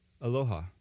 Aloha